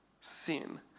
Sin